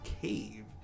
cave